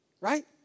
right